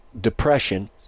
depression